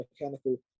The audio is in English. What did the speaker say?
Mechanical